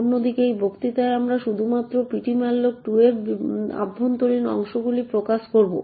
অন্যদিকে এই বক্তৃতায় আমরা শুধুমাত্র ptmalloc2 এর অভ্যন্তরীণ অংশগুলিতে ফোকাস করব